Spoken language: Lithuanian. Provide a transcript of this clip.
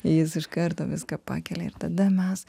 jis iš karto viską pakelia ir tada mes